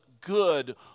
good